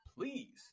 please